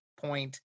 point